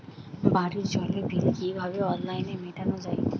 বাড়ির জলের বিল কিভাবে অনলাইনে মেটানো যায়?